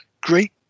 great